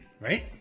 right